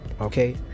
okay